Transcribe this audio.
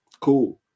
Cool